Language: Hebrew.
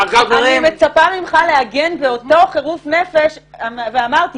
אני מצפה ממך להגן באותו חירוף נפש על הדבר הבא.